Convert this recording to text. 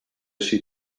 she